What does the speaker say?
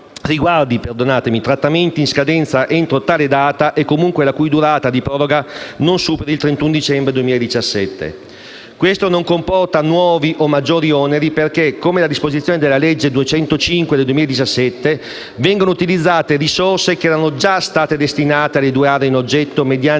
riguardi trattamenti in scadenza entro tale data e comunque la cui durata di proroga non superi il 31 dicembre 2017. Questo non comporta nuovi o maggiori oneri perché, come da disposizioni della legge n. 205 del 2017, vengono utilizzate risorse che erano già state destinate alle due aree in oggetto mediante